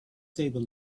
table